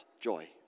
joy